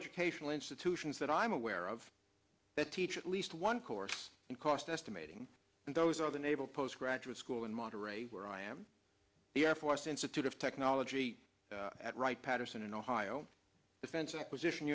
educational institutions that i'm aware of that teach at least one course in cost estimating and those are the naval postgraduate school in monterey where i am the air force institute of technology at wright patterson in ohio defense acquisition